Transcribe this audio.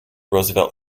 roosevelt